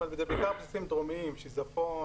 בעיקר בסיסים דרומיים כמו שיזפון,